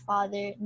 Father